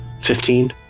Fifteen